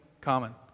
common